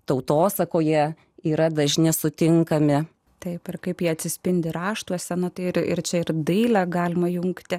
tautosakoje yra dažniau sutinkami taip kaip jie atsispindi raštuose net ir čia ir dailę galima jungti